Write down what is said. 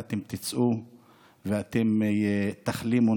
ואתם תצאו ואתם תחלימו,